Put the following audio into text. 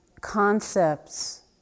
concepts